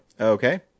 Okay